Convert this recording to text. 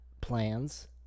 plans